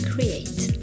Create